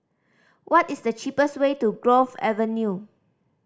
what is the cheapest way to Grove Avenue